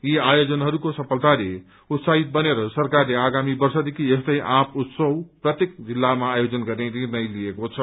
यी आयोजनहरूको सफलताले उत्साहित बनेर सरकारले आगामी वर्षदेखि यस्तै आँध उत्सव प्रत्येक जिल्लामा आयोजन गर्ने निर्णय लिएको छ